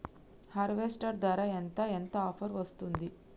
Harvester ధర ఎంత ఎంత ఆఫర్ వస్తుంది?